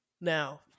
Now